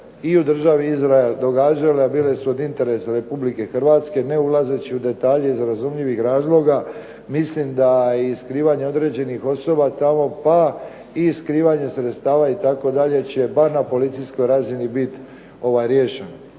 i u državi Izrael događale, a bile su od interesa Republike Hrvatske, ne ulazeći u detalje iz razumljivih razloga, mislim da i skrivanje određenih osoba tamo, pa i skrivanje sredstava itd. će bar na policijskoj razini biti riješeno.